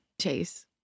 chase